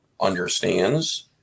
understands